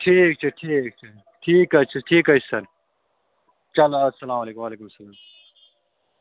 ٹھیٖک چھُ ٹھیٖک چھُ ٹھیٖک حظ چھُ ٹھیٖک حظ چھُ سَر چلو اَسلام علیکُم وعلیکُم سلام